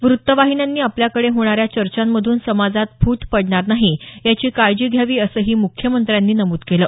वृत्तवाहिन्यांनी आपल्याकडे होणाऱ्या चर्चांमधून समाजात फूट पडणार नाही याची काळजी घ्यावी असंही मुख्यमंत्र्यांनी नमूद केलं